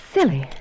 Silly